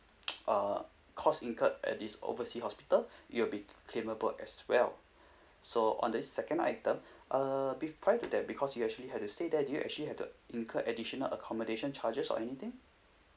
uh cost incurred at this oversea hospital it'll be claimable as well so on the second item uh be prior to that because you actually had to stay there do you actually had to incur additional accommodation charges or anything